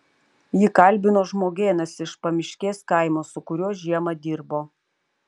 jį kalbino žmogėnas iš pamiškės kaimo su kuriuo žiemą dirbo